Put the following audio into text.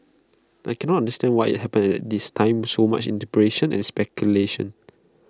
I cannot why IT happened at this time so much interpretation and speculation